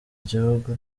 igihugu